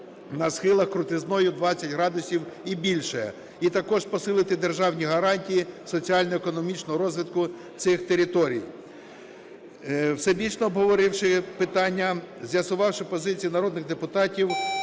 на схилах крутизною 20 градусів і більше, і також посилити державні гарантії соціально-економічного розвитку цих територій.